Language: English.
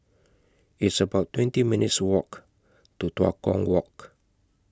It's about twenty minutes' Walk to Tua Kong Walk